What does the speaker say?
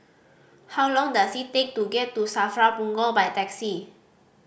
how long does it take to get to SAFRA Punggol by taxi